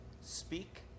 Speak